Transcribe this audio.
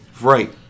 Right